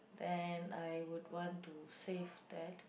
then I would want to save that